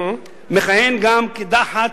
מכהן גם כדח"צ,